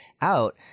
out